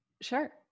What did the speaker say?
Sure